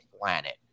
planet